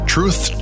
Truth